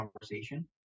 conversation